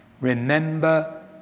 remember